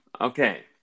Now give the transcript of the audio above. Okay